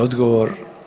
Odgovor.